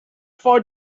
for